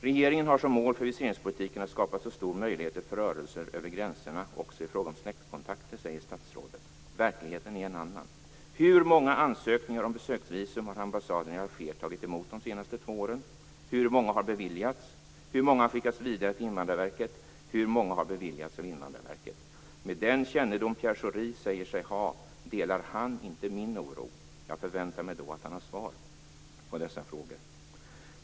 Regeringen har som mål för viseringspolitiken att skapa så stor frihet som möjligt för rörelser över gränserna också i fråga om släktkontakter, säger statsrådet. Verkligheten är en annan. Hur många ansökningar om besöksvisum har ambassaden i Alger tagit emot under de senaste två åren? Hur många har beviljats? Hur många har skickats vidare till Invandrarverket och hur många har beviljats av Invandrarverket? Med den kännedom som Pierre Schori säger sig ha delar han inte min oro. Jag förväntar mig därför att han har svar på ställda frågor.